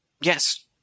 Yes